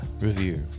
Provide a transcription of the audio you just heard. review